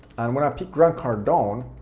and when i pick grant cardone,